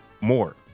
more